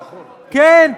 חסכנו 300,000 שקל, כן?